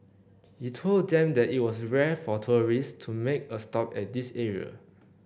he told them that it was rare for tourists to make a stop at this area